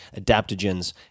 adaptogens